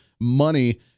money